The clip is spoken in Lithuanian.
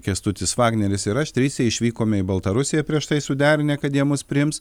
kęstutis vagneris ir aš trise išvykome į baltarusiją prieš tai suderinę kad jie mus priims